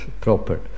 proper